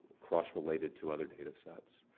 cross related to other data sets.